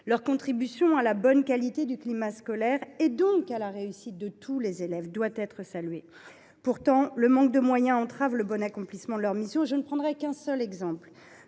Leur contribution à la bonne qualité du climat scolaire, et donc à la réussite de tous les élèves, doit être saluée. Pourtant, le manque de moyens entrave le bon accomplissement de leurs missions. Je ne prendrai qu’un seul exemple